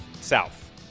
south